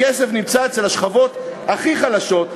הכסף נמצא אצל השכבות הכי חלשות,